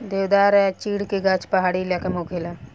देवदार आ चीड़ के गाछ पहाड़ी इलाका में होखेला